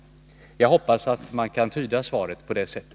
Jag hoppas att man kan tyda svaret på det sättet.